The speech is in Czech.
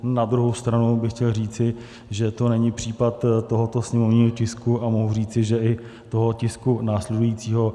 Na druhou stranu bych chtěl říci, že to není případ tohoto sněmovního tisku, a mohu říci, že i toho tisku následujícího.